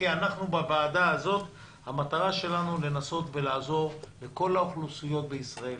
כי אנחנו בוועדה הזאת המטרה שלנו לנסות לעזור לכל האוכלוסיות בישראל,